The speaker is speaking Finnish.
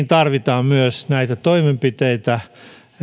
tarvitaan myös näitä toimenpiteitä